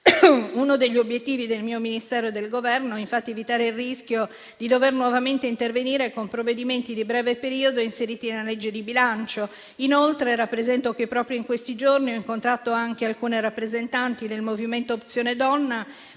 Uno degli obiettivi del mio Ministero e del Governo è infatti evitare il rischio di dover nuovamente intervenire con provvedimenti di breve periodo inseriti nella legge di bilancio. Inoltre, rappresento che proprio in questi giorni ho incontrato alcune rappresentanti del movimento Opzione donna,